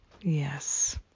Yes